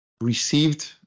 received